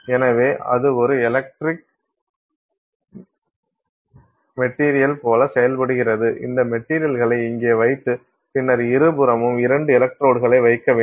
எனவே அது ஒரு டைஎலக்ட்ரிக் மெட்டீரியல் போல செயல்படுகிறது இந்த மெட்டீரியல்ளை இங்கே வைத்து பின்னர் இருபுறமும் இரண்டு எலக்ட்ரோட்களை வைக்க வேண்டும்